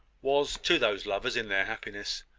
was, to those lovers in their happiness,